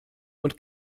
und